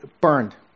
burned